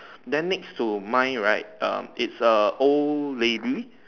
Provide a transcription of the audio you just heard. then next to mine right um it's a old lady